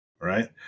Right